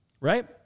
right